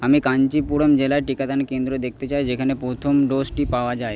আমি কাঞ্চিপুরম জেলায় টিকাদান কেন্দ্র দেখতে চাই যেখানে প্রথম ডোজটি পাওয়া যায়